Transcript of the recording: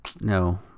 No